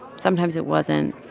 sometimes it wasn't.